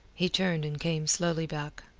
he turned and came slowly back.